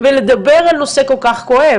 ולדבר על נושא כל כך כואב